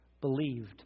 believed